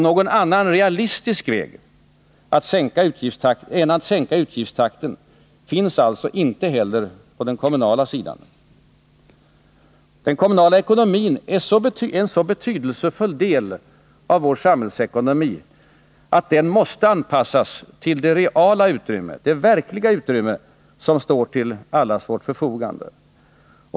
Någon annan realistisk utväg än att sänka utgiftstakten finns alltså inte heller på den kommunala sidan. Den kommunala ekonomin är en så betydelsefull del av vår samhällsekonomi, att den måste anpassas till det reala utrymme som står till allas vårt förfogande.